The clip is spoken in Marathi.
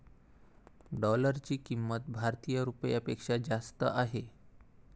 डॉलरची किंमत भारतीय रुपयापेक्षा जास्त आहे